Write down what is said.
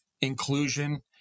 inclusion